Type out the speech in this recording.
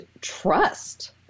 trust